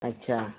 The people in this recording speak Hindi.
अच्छा